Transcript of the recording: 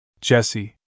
Jesse